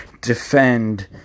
defend